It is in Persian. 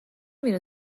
میره